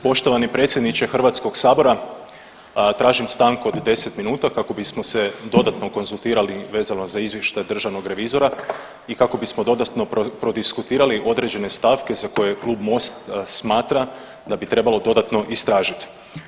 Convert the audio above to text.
Poštovani predsjedniče HS-a, tražim stanku od 10 minuta kako bismo se dodatno konzultirali vezano za Izvještaj državnog revizora i kako bismo dodatno prodiskutirali određene stavke za koje Klub Most smatra da bi trebalo dodatno istražiti.